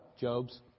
Job's